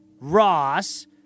Ross